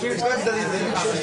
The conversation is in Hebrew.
אל תזלזל.